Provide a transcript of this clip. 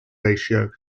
ratio